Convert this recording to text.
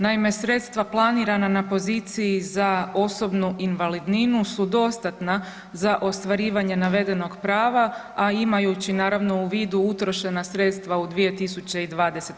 Naime, sredstva planirana na poziciji za osobnu invalidninu su dostatna za ostvarivanje navedenog prava, a imajući naravno u vidu utrošena sredstva u 2020. godini.